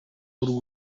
nk’u